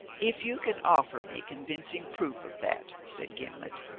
if you can offer me convincing proof of that, said gimblet,